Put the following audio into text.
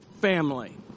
family